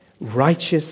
righteous